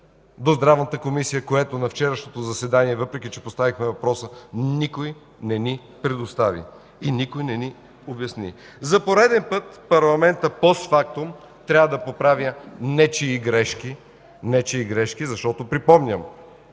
до Здравната комисия, което на вчерашното заседание, въпреки че поставихме въпроса, никой не ни предостави и никой не ни обясни. За пореден път парламентът постфактум трябва да поправя нечии грешки, защото припомням